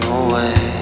away